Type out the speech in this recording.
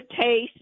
taste